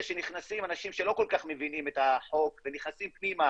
שנכנסים אנשים שלא כל כך מבינים את החוק ונכנסים פנימה